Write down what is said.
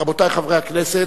רבותי חברי הכנסת,